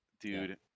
dude